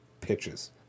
pitches